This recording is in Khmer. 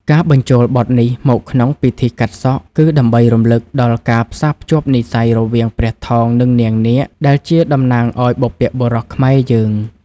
ការបញ្ចូលបទនេះមកក្នុងពិធីកាត់សក់ គឺដើម្បីរំលឹកដល់ការផ្សារភ្ជាប់និស្ស័យរវាងព្រះថោង និងនាងនាគ ដែលជាតំណាងឱ្យបុព្វបុរសខ្មែរយើង។